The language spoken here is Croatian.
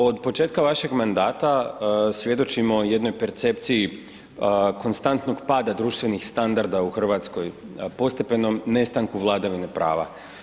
Od početka vašeg mandata svjedočimo jednoj percepciji konstantnog pada društvenih standarada u Hrvatskoj i postepenom nestanku vladavine prava.